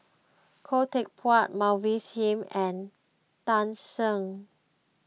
Khoo Teck Puat Mavis Hee and Tan Shen